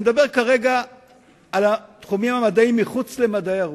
אני מדבר כרגע על התחומים המדעיים שמחוץ למדעי הרוח.